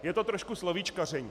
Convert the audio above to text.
Je to trošku slovíčkaření.